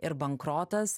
ir bankrotas